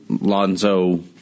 Lonzo